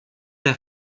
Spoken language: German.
der